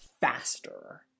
faster